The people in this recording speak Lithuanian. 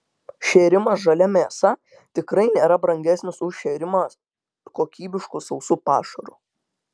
šėrimas žalia mėsa tikrai nėra brangesnis už šėrimą kokybišku sausu pašaru